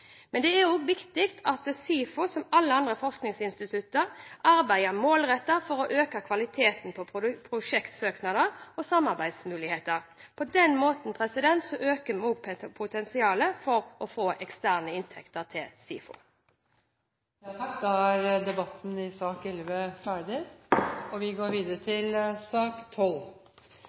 Men per i dag er det vanskelig for meg helt konkret å si hvordan det vil slå ut i deltakelsen i internasjonale programmer. Det er også viktig at SIFO, som alle andre forskningsinstitusjoner, arbeidet målrettet for å øke kvaliteten på prosjektsøknader og samarbeidsmuligheter. På den måten øker vi også potensialet for å få eksterne inntekter til SIFO. Flere har ikke bedt om ordet til